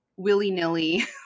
willy-nilly